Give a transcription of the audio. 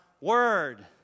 word